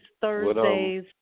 thursdays